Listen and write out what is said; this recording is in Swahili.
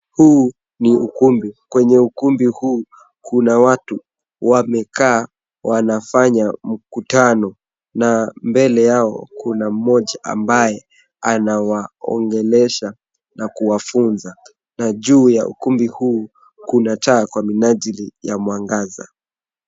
Huu ni ukumbi, kwenye ukumbi huu kuna watu wamekaa wanafanya mkutano. Na mbele yao kuna mmoja ambaye anawaongelesha na kuwafunza. Na juu ya ukumbi huu kuna taa kwa minajili ya mwangaza.